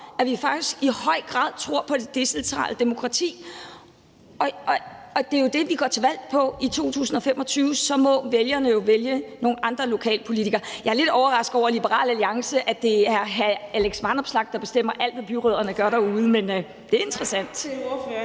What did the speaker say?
at vi i høj grad tror på det decentrale demokrati. Det er jo det, vi går til valg på i 2025, og så må vælgerne jo vælge nogle andre lokalpolitikere. Jeg er lidt overrasket over Liberal Alliance, og at det er hr. Alex Vanopslagh, der bestemmer alt, hvad byrødderne gør derude, men det er interessant.